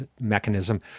mechanism